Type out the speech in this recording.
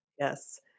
Yes